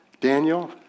Daniel